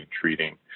treating